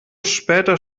später